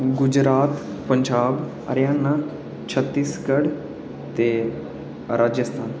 गुजरात पंजाब हरियाणा छत्तीसगढ़ ते राजस्थान